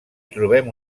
trobem